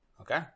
Okay